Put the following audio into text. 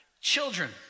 children